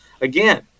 again